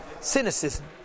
Cynicism